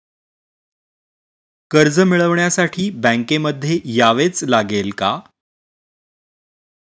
कर्ज मिळवण्यासाठी बँकेमध्ये यावेच लागेल का?